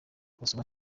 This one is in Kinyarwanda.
basoma